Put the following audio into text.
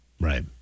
Right